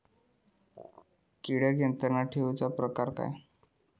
किडिक नियंत्रण ठेवुचा प्रकार काय?